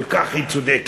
היא כל כך צודקת.